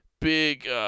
big